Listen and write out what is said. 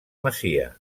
masia